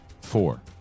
four